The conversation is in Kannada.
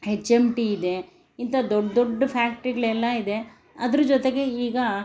ಹೆಚ್ ಎಮ್ ಟಿ ಇದೆ ಇಂಥ ದೊಡ್ಡ ದೊಡ್ಡ ಫ್ಯಾಕ್ಟರಿಗಳೆಲ್ಲ ಇದೆ ಅದರ ಜೊತೆಗೆ ಈಗ